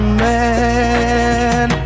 man